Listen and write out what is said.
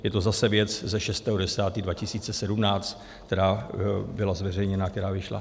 Je to zase věc ze 6. 10. 2017, která byla zveřejněna, která vyšla.